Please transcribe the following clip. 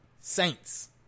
Saints